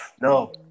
No